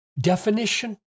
definition